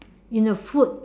in a food